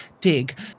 dig